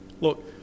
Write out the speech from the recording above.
Look